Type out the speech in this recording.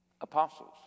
apostles